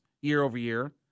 year-over-year